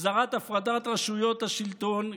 החזרת הפרדת רשויות השלטון,